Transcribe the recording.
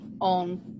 on